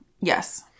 yes